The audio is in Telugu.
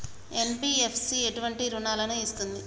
ఎన్.బి.ఎఫ్.సి ఎటువంటి రుణాలను ఇస్తుంది?